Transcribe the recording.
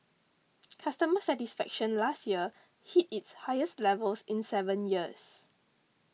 customer satisfaction last year hit its highest levels in seven years